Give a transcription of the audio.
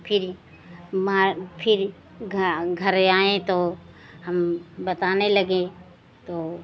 फिर यह मार फिर घरे आएँ तो हम बताने लगे तो